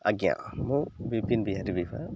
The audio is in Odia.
ଆଜ୍ଞା ମୁଁ ବିପିନ ବିହାରୀ ବିଫା